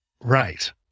Right